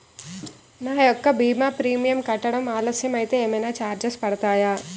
నా యెక్క భీమా ప్రీమియం కట్టడం ఆలస్యం అయితే ఏమైనా చార్జెస్ పడతాయా?